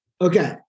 Okay